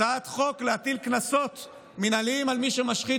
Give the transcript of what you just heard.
הצעת חוק להטיל קנסות מינהליים על מי שמשחית